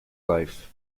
life